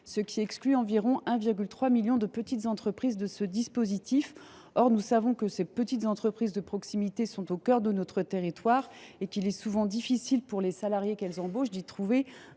ce qui exclut environ 1,3 million de petites entreprises du dispositif. Or nous savons que ces petites entreprises de proximité sont au cœur de nos territoires et qu’il est souvent difficile pour les salariés qu’elles embauchent d’y trouver